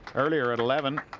earlier at eleven